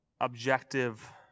objective